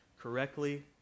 correctly